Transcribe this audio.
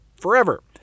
forever